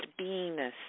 beingness